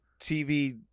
TV